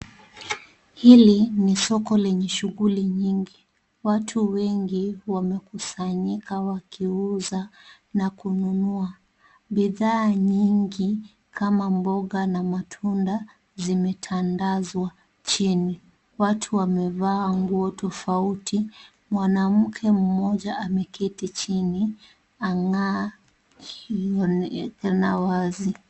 Hili ni soko lenye shughuli nyingi. Watu wengi wamekusanyika wakiuza na kununua. Bidhaa nyingi kama mboga na matunda zimetandazwa chini. Watu wamevaa nguo tofauti, mwanamke mmoja ameketi chini ang'aa akionekana wazi.